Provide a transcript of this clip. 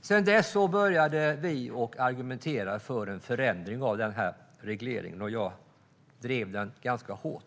Sedan dess har vi argumenterat för en förändring av den här regleringen, och jag drev detta ganska hårt.